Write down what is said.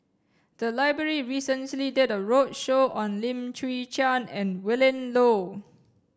the library recently did a roadshow on Lim Chwee Chian and Willin Low